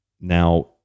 Now